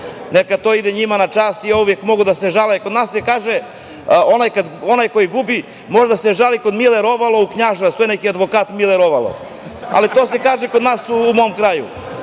Neka to ide njima na čast i uvek mogu da se žale. Kod nas se kaže – onaj ko gubi može da se žali kod Mile Rovala u Knjaževac. To je neki advokat Mile Rovalo. Ali, to se kaže kod nas, u mom kraju. Jedna